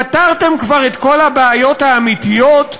פתרתם כבר את רוב הבעיות האמיתיות?